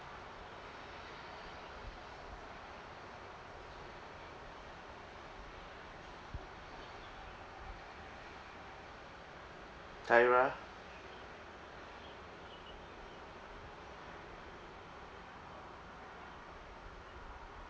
tyra